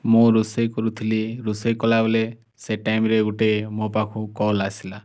ମୁଁ ରୋଷେଇ କରୁଥିଲି ରୋଷେଇ କଲାବେଲେ ସେ ଟାଇମ୍ରେ ଗୁଟେ ମୋ ପାଖକୁ କଲ୍ ଆସିଲା